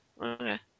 Okay